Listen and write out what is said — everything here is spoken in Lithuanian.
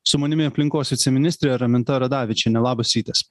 su manimi aplinkos viceministrė raminta radavičienė labas rytas